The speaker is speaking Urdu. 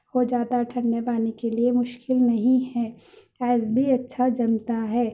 ہو جاتا ہے ٹھنڈے پانی کے لیے مشکل نہیں ہے آئس بھی اچّھا جمتا ہے